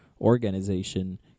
organization